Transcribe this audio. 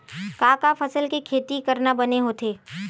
का का फसल के खेती करना बने होथे?